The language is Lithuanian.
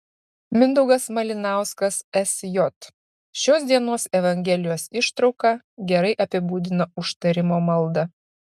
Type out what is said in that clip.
mindaugas malinauskas sj šios dienos evangelijos ištrauka gerai apibūdina užtarimo maldą